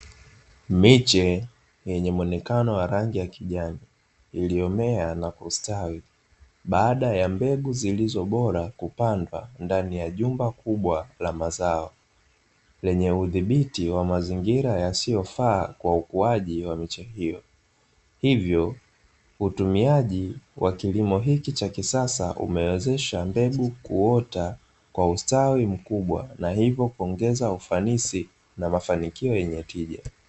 Miche yenye muonekano wa rangi ya kijani, iliyomea na kustawi baada ya mbegu zilizo bora kupandwa ndani ya jumba kubwa la mazao; lenye udhibithi wa mazingira yasiyofaa kwa ukuaji wa miche hiyo, hivyo utumiaji wa kilimo hiki cha kisasa umewezesha mbegu kuota kwa ustawi mkubwa, na hivyo kuongeza ufanisi na mafanikio yenye tija.